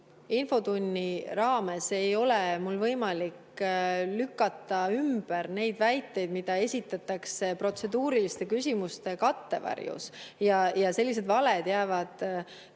infotunni raames ei ole mul võimalik lükata ümber neid väiteid, mida esitatakse protseduuriliste küsimuste katte varjus ja sellised valed jäävad